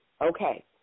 Okay